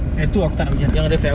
eh itu aku tak nak pergi sana